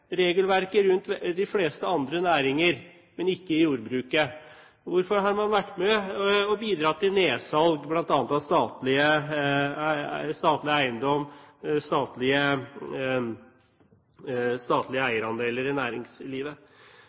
regelverket for de fleste andre næringer, men ikke jordbruket? Hvorfor har man vært med og bidratt til nedsalg bl.a. av statlig eiendom og statlige eierandeler i næringslivet?